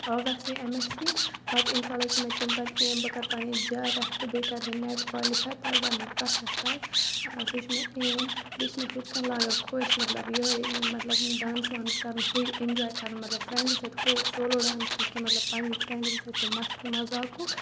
آوٮ۪سلی M S C پَتہٕ اِنشاء اللہ چھِ مےٚ تمہِ پَتہٕ ایم بہٕ کَرٕ پَنٕںۍ جے آر اٮ۪ف تہٕ بیٚیہِ کَرٕ بہٕ نٮ۪ٹ کالِفَے پَتہٕ بَنہٕ بہٕ پرٛوفٮ۪سَر سُہ چھِ مےٚ ایم بیٚیہِ چھِ مےٚ ہُتھ کَنۍ لَگان خۄش مطلب یِہٕے مطلب ڈانٕس وانٕس کَرُن ہُے اِنجاے کَرُن مطلب فرٛٮ۪نٛڈَن سۭتۍ ہُہ سولو ڈانٕس نہٕ کینٛہہ مطلب پنٛنٮ۪ن فرٛٮ۪نٛڈَن سۭتۍ تٕم مَستی مزاقُک